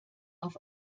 auf